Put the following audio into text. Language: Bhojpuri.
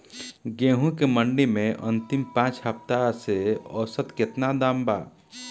गेंहू के मंडी मे अंतिम पाँच हफ्ता से औसतन केतना दाम बा?